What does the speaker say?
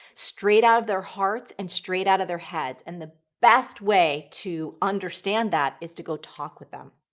straight out of their hearts, and straight out of their head. and the best way to understand that is to go talk with them.